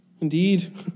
Indeed